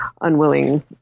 unwilling